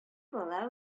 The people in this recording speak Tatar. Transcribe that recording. бала